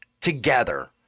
together